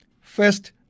first